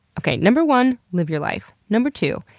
okay, number one, live your life. number two,